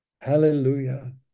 Hallelujah